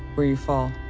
where you fall.